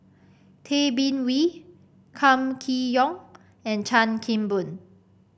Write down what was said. Tay Bin Wee Kam Kee Yong and Chan Kim Boon